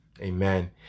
Amen